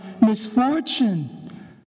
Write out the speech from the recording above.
misfortune